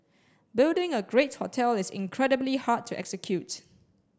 building a great hotel is incredibly hard to execute